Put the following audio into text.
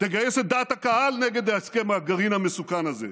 תגייס את דעת הקהל נגד הסכם הגרעין המסוכן הזה.